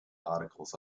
articles